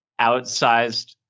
outsized